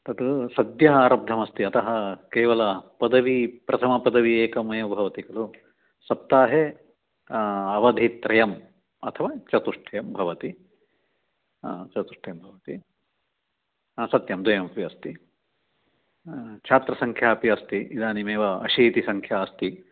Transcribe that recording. तत् सद्यः आरब्धमस्ति अतः केवलपदवी प्रथमपदवी एकमेव भवति खलु सप्ताहे अवधित्रयम् अथवा चतुष्टयं भवति चतुष्टयं भवति सत्यं द्वयमपि अस्ति छात्रसङ्ख्या अपि अस्ति इदानीमेव अशीतिसङ्ख्या अस्ति